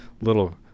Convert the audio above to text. little